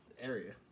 area